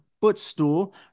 footstool